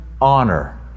honor